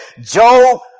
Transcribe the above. Job